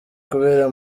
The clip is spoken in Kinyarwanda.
kubera